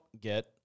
get